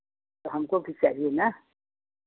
तो हमको भी चाहिए ना